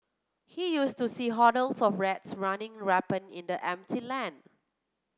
he used to see hordes of rats running rampant in the empty land